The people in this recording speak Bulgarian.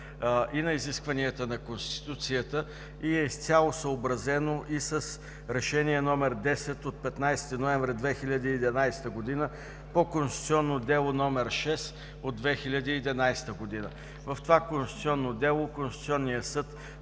и на изискванията на Конституцията, и е изцяло съобразено и с Решение № 10 от 15 ноември 2011 г. по Конституционно дело № 6 от 2011 г. В това Конституционно дело Конституционният съд